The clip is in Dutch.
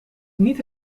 niet